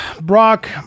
brock